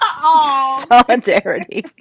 Solidarity